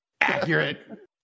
Accurate